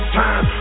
time